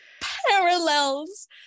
Parallels